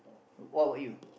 what about you